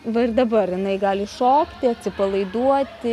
va ir dabar jinai gali šokti atsipalaiduoti